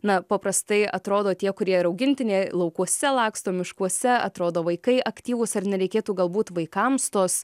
na paprastai atrodo tie kurie ir augintiniai laukuose laksto miškuose atrodo vaikai aktyvūs ar nereikėtų galbūt vaikams tos